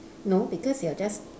no because you are just